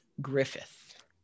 Griffith